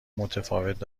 متفاوت